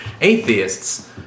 atheists